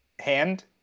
hand